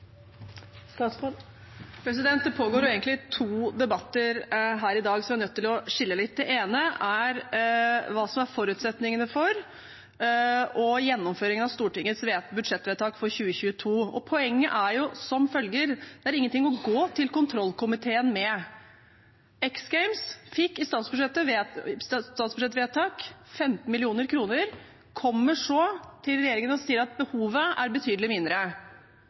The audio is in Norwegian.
nødt til å skille litt. Det ene er hva som er forutsetningene for og gjennomføringen av Stortingets budsjettvedtak for 2022. Poenget er som følger: Det er ingenting å gå til kontrollkomiteen med. X Games fikk i statsbudsjettvedtak 15 mill. kr, men kommer så til regjeringen og sier at behovet er betydelig mindre.